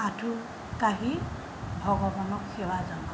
আঠুকাঢ়ি ভগৱানক সেৱা জনাওঁ